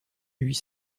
huit